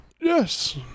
Yes